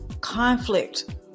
conflict